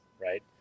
right